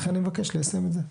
לכן אני מבקש ליישם את זה.